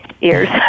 ears